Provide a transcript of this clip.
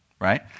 right